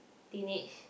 teenage